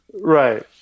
Right